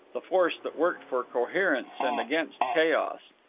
the force that worked for coherence and against chaos.